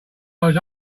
was